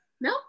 no